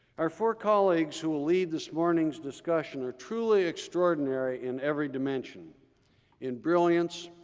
our four colleagues who will lead this morning's discussion are truly extraordinary in every dimension in brilliance,